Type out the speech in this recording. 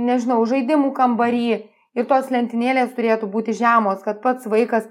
nežinau žaidimų kambary ir tos lentynėlės turėtų būti žemos kad pats vaikas